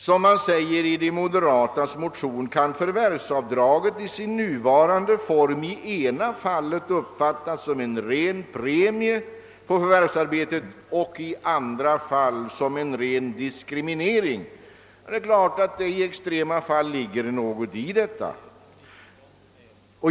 Som man säger i de moderatas motionspar kan förvärvsavdraget i sin nuvarande form i ena fallet uppfattas som en ren premie på förvärvsarbetet, i andra fall som en ren diskriminering. Det är klart att det i extrema fall ligger något i detta.